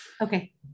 Okay